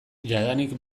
jadanik